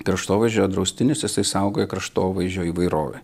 kraštovaizdžio draustinis jisai saugoja kraštovaizdžio įvairovę